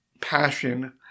passion